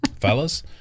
Fellas